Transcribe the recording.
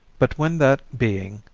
but when that being,